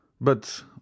But